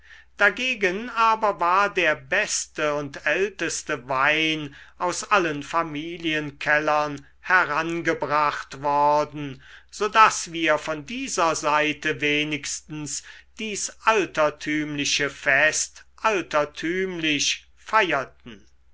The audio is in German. dagegen aber war der beste und älteste wein aus allen familienkellern herangebracht worden so daß wir von dieser seite wenigstens dies altertümliche fest altertümlich feierten